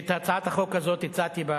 חשבתי שהצעת החוק, דנו בה,